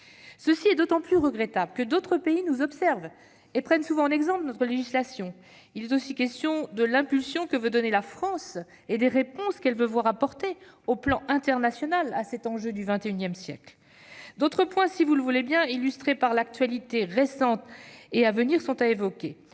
est d'autant plus regrettable que d'autres pays nous observent et prennent souvent exemple sur notre législation. Il est aussi question de l'impulsion que souhaite donner la France et des réponses qu'elle veut voir apporter sur le plan international à cet enjeu du XXI siècle. Il convient d'évoquer deux autres points, illustrés par l'actualité récente et à venir. Tout d'abord,